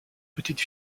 petite